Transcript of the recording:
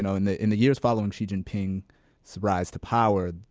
know, in the in the years following xi jinping's rise to power,